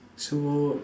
so